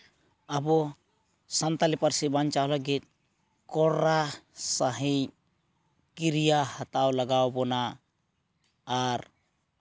ᱟᱵᱚ ᱥᱟᱱᱛᱟᱞᱤ ᱯᱟᱹᱨᱥᱤ ᱵᱟᱧᱪᱟᱣ ᱞᱟᱹᱜᱤᱫ ᱠᱚᱨᱟ ᱥᱟᱺᱦᱤᱡ ᱠᱤᱨᱤᱭᱟᱹ ᱦᱟᱛᱟᱣ ᱞᱟᱜᱟᱣ ᱟᱵᱚᱱᱟ ᱟᱨ